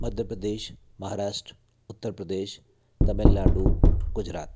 Madhya Pradesh Maharashtra Uttar Pradesh Tamil Nadu Gujarat